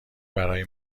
برای